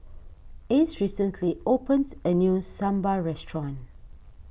Ace recently opens a new Sambar restaurant